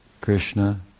Krishna